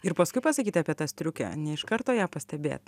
ir paskui pasakyt apie tą striukę ne iš karto ją pastebėt